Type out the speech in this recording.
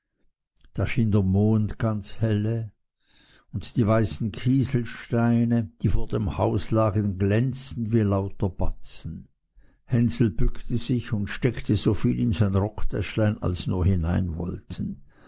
schien der mond ganz helle und die weißen kieselsteine die vor dem haus lagen glänzten wie lauter batzen hänsel bückte sich und steckte so viel in sein rocktäschlein als nur hinein wollten